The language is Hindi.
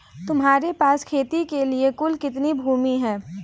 तुम्हारे पास खेती के लिए कुल कितनी भूमि है?